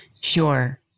Sure